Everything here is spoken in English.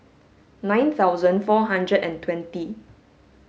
nine thousand four hundred and twenty